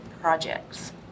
projects